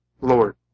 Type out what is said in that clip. Lord